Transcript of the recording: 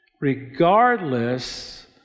regardless